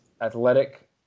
athletic